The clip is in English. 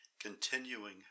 continuing